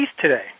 today